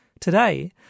Today